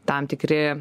tam tikri